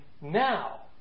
now